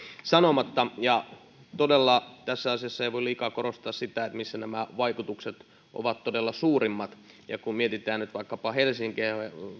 sanomatta todella tässä asiassa ei voi liikaa korostaa sitä missä nämä vaikutukset ovat todella suurimmat kun mietitään vaikkapa helsinkiä